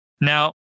Now